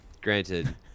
Granted